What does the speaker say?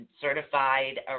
certified